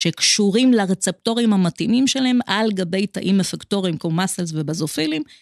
שקשורים לרצפטורים המתאימים שלהם על גבי תאים אפקטוריים כמו mast cells ובזופילים.